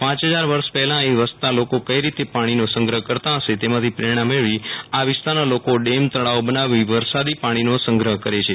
પાંય હજાર વરસ પહેલા અહી વસ્તા લોકો કઇ રીતે પાણીનો સંગ્રફ કરતા હશે તેમાંથી પ્રેરણા મેળવી આ વિસ્તારના લોકો ડેમ તળાવો બનાવી વરસાદી પાણીનો સંગ્રફ કરે છે